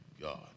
God